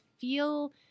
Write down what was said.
feel